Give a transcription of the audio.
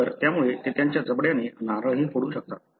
तर त्यामुळे ते त्यांच्या जबड्याने नारळही फोडू शकतात